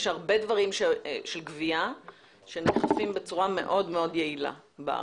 יש הרבה דברים של גבייה שנאכפים בצורה מאוד מאוד יעילה בארץ.